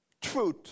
truth